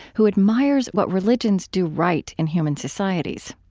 who admires what religions do right in human societies.